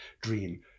dream